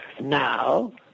now